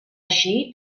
així